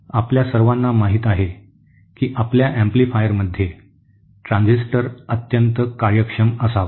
आपल्या सर्वांना माहित आहे की आपल्या अँप्लिफायरमध्ये ट्रान्झिस्टर अत्यंत कार्यक्षम असावा